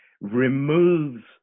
removes